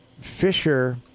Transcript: Fisher